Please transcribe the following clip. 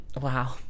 Wow